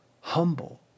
humble